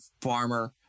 farmer